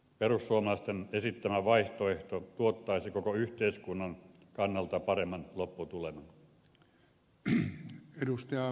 perussuomalaisten esittämä vaihtoehto tuottaisi koko yhteiskunnan kannalta paremman lopputuleman